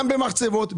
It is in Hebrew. גם במחצבות,